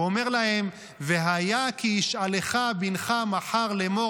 הוא אומר להם: "והיה כי ישאלך בנך מחר לאמר